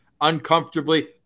uncomfortably